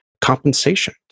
compensation